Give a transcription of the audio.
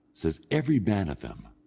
says every man of them.